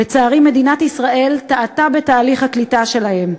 לצערי, מדינת ישראל טעתה בתהליך הקליטה שלהם,